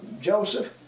Joseph